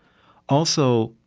also,